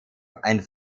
ein